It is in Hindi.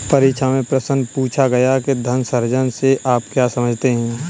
परीक्षा में प्रश्न पूछा गया कि धन सृजन से आप क्या समझते हैं?